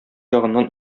ягыннан